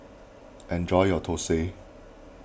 enjoy your Thosai